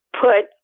put